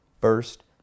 First